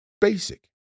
basic